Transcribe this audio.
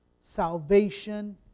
salvation